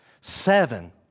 Seven